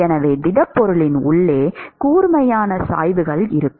எனவே திடப்பொருளின் உள்ளே கூர்மையான சாய்வுகள் இருக்கும்